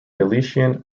galician